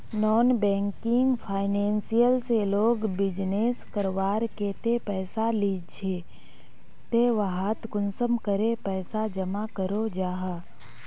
Non banking financial से लोग business करवार केते पैसा लिझे ते वहात कुंसम करे पैसा जमा करो जाहा?